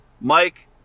Mike